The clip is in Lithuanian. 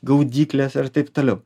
gaudykles ir taip toliau